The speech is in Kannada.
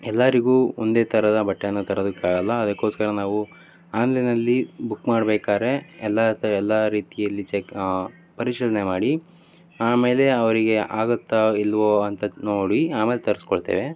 ಎಲ್ಲರಿಗು ಒಂದೇ ಥರದ ಬಟ್ಟೆಯನ್ನು ತರೋದಕ್ಕಾಗಲ್ಲ ಅದಕ್ಕೋಸ್ಕರ ನಾವು ಆನ್ಲೈನಲ್ಲಿ ಬುಕ್ ಮಾಡ್ಬೇಕಾದ್ರೆ ಎಲ್ಲ ತ ಎಲ್ಲ ರೀತಿಯಲ್ಲಿ ಚೆಕ್ ಪರಿಶೀಲನೆ ಮಾಡಿ ಆಮೇಲೆ ಅವರಿಗೆ ಆಗುತ್ತಾ ಇಲ್ಲವೋ ಅಂತ ನೋಡಿ ಆಮೇಲೆ ತರಿಸ್ಕೊಳ್ತೇವೆ